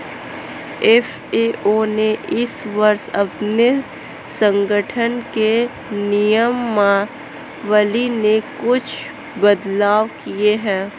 FAO ने इस वर्ष अपने संगठन के नियमावली में कुछ बदलाव किए हैं